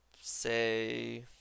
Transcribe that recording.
say